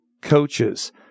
coaches